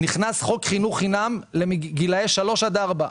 נכנס חוק חינוך חינם לגילאי שלוש עד ארבע.